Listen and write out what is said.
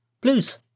blues